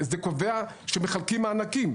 זה קובע כשמחלקים מענקים.